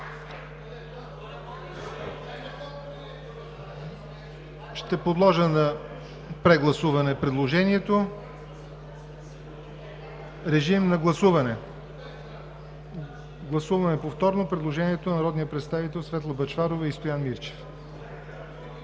Ще подложа на прегласуване предложението. Гласуваме повторно предложението на народните представители Светла Бъчварова и Стоян Мирчев.